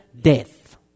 death